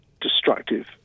destructive